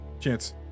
Chance